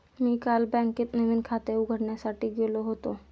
मी काल बँकेत नवीन खाते उघडण्यासाठी गेलो होतो